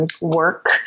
work